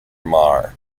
mare